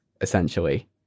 essentially